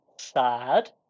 sad